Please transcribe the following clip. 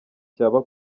cyaba